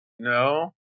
No